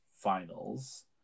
finals